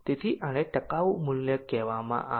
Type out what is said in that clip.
તેથી આને ટકાઉ મૂલ્ય કહેવાય